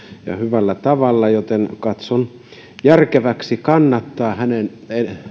ja hyvällä tavalla että katson järkeväksi kannattaa hänen